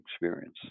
experience